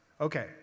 Okay